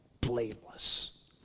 blameless